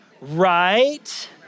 right